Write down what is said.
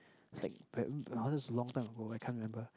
it's like that's a long time ago I can't remember